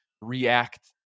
react